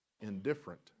indifferent